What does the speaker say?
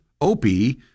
Opie